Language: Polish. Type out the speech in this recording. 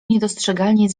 niedostrzegalnie